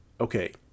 okay